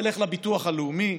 תלך לביטוח הלאומי,